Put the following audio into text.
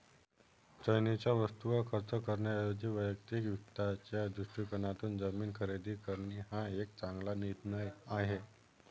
चैनीच्या वस्तूंवर खर्च करण्याऐवजी वैयक्तिक वित्ताच्या दृष्टिकोनातून जमीन खरेदी करणे हा एक चांगला निर्णय आहे